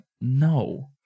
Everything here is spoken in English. no